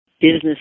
business